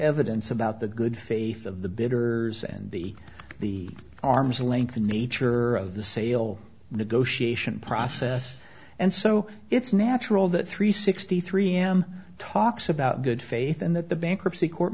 evidence about the good faith of the bidder and the the arm's length the nature of the sale negotiation process and so it's natural that three sixty three am talks about good faith and that the bankruptcy court